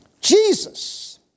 Jesus